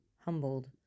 humbled